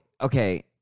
okay